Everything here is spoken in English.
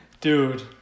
dude